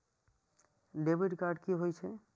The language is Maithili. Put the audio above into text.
डेबिट कार्ड की होय छे?